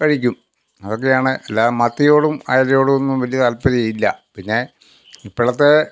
കഴിക്കും അതൊക്കെയാണ് അല്ലാതെ മത്തിയോടും അയലയോടും ഒന്നും വലിയ താല്പര്യമില്ല പിന്നെ ഇപ്പോഴത്തെ